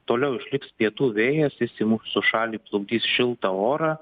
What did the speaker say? toliau išliks pietų vėjas jis į mūsų šalį plukdys šiltą orą